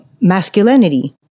masculinity